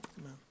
Amen